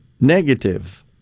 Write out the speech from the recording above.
negative